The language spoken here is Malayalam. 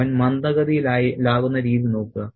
അവൻ മന്ദഗതിയിലാകുന്ന രീതി നോക്കുക